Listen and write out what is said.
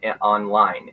online